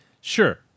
sure